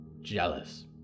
jealous